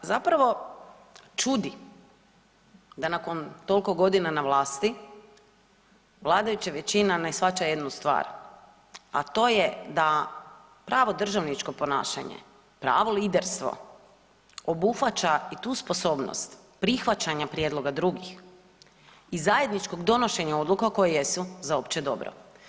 Da, zapravo čudi da nakon toliko godina na vlasti vladajuća većina ne shvaća jednu stvar, a to je da pravo državničko ponašanje, pravo liderstvo obuhvaća i tu sposobnost prihvaćanja prijedloga drugih i zajedničkog donošenja odluka koje jesu za opće dobro.